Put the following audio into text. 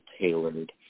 tailored